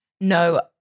no